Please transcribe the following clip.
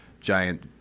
giant